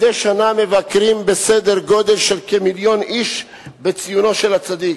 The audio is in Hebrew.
מדי שנה מבקרים כמיליון איש בציונו של הצדיק,